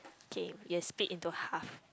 K we will split into half